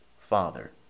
Father